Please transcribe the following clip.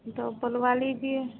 दो बनवा लीजिए